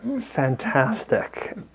fantastic